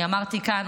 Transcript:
אני אמרתי כאן,